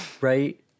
Right